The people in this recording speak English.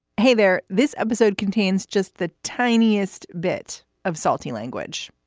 hey there. this episode contains just the tiniest bit of salty language.